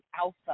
Alpha